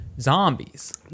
zombies